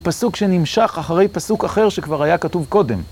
פסוק שנמשך אחרי פסוק אחר שכבר היה כתוב קודם.